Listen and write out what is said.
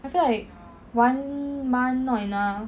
I feel like one month not enough